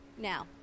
now